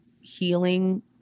healing